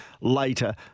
later